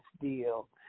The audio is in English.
deal